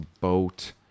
boat